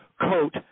coat